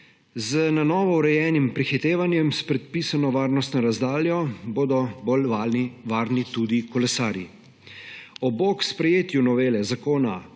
Z na novo urejenim prehitevanjem s predpisano varnostno razdaljo bodo bolj varni tudi kolesarji. Ob bok sprejetju novele Zakona